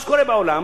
מה שקורה בעולם,